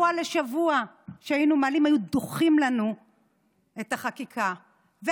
היו דוחים לנו את החקיקה משבוע לשבוע.